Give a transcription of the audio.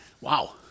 Wow